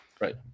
right